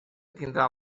tindrà